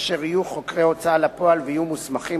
אשר יהיו חוקרי ההוצאה לפועל ויהיו מוסמכים